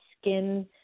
skin